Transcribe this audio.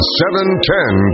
710